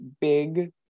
big